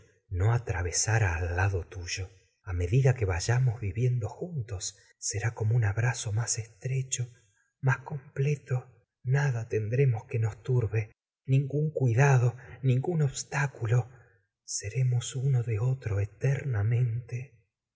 no atravesara al aldo tuyo a medida que vayamos viviendo juntos será como un abrazo más estrecho más completo nada tendremos que nos turbe ningún cuidado ningún obstáculo seremos uno de otro eternamente